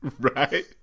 Right